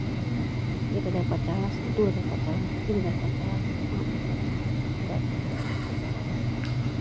एक हजार पचास दू हजार पचास तीन हजार पचास पाँच हजार पचास दस हजार पचास